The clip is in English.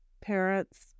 Parents